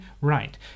right